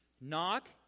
Knock